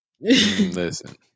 Listen